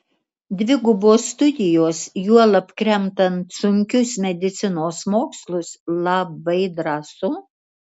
dvigubos studijos juolab kremtant sunkius medicinos mokslus labai drąsu